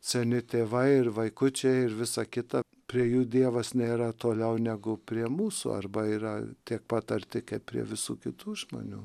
seni tėvai ir vaikučiai ir visa kita prie jų dievas nėra toliau negu prie mūsų arba yra tiek pat arti kaip prie visų kitų žmonių